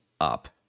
up